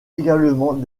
également